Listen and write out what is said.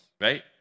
right